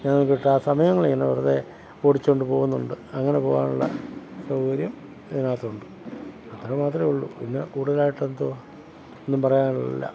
ഞാൻ നോക്കിയിട്ട് ആ സമയങ്ങളിങ്ങനെ വെറുതെ ഓടിച്ചുകൊണ്ട് പോവുന്നുണ്ട് അങ്ങനെ പോവാനുള്ള സൗകര്യം ഇതിനകത്തുണ്ട് അതു മാത്രമേ ഉള്ളൂ പിന്നെ കൂടുതലായിട്ട് എന്തുവാ ഒന്നും പറയാനില്ല